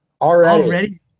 already